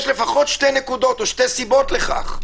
יש לפחות שתי סיבות לכך: